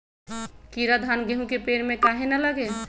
कीरा धान, गेहूं के पेड़ में काहे न लगे?